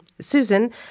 Susan